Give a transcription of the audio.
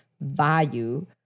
value